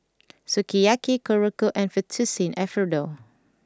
Sukiyaki Korokke and Fettuccine Alfredo